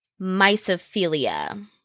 mysophilia